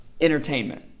entertainment